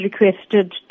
requested